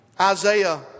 Isaiah